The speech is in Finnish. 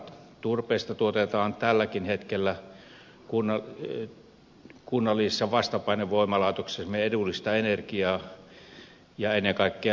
turpeesta tuotetaan tälläkin hetkellä kunnallisissa vastapainevoimalaitoksissamme edullista energiaa ja ennen kaikkea sähköä